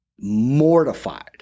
mortified